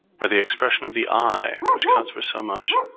where the expression of the eye, which kind of for so much,